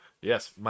Yes